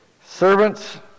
servants